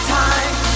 time